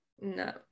no